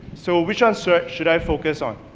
so, which answer should i focus on,